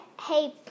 Hey